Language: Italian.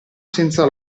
senza